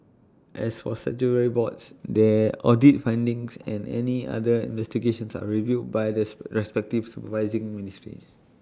as for statutory boards their audit findings and any other investigations are reviewed by this respective supervising ministries